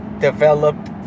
developed